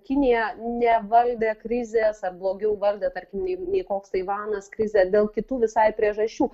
kinija nevaldė krizės ar blogiau valdė tarkim nei koks taivanas krizę dėl kitų visai priežasčių